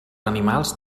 animals